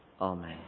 Amen